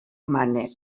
mànec